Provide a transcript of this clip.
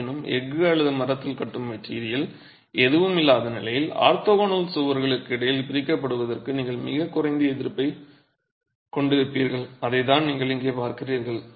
இருப்பினும் எஃகு அல்லது மரத்தில் கட்டும் மெட்டிரியல் எதுவும் இல்லாத நிலையில் ஆர்த்தோகனல் சுவர்களுக்கு இடையில் பிரிக்கப்படுவதற்கு நீங்கள் மிகக் குறைந்த எதிர்ப்பைக் கொண்டிருப்பீர்கள் அதைத்தான் நீங்கள் இங்கே பார்க்கிறீர்கள்